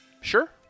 Sure